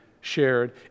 shared